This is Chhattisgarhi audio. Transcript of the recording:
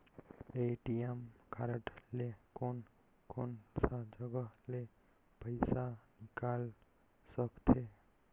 ए.टी.एम कारड ले कोन कोन सा जगह ले पइसा निकाल सकथे?